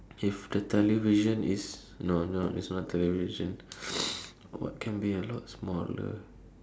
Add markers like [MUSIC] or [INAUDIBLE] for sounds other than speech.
if the television is no no it's not television [NOISE] what can be a lot smaller